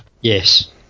Yes